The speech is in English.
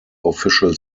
official